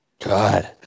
god